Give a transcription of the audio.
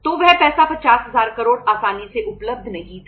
तो वह पैसा 50000 करोड़ आसानी से उपलब्ध नहीं था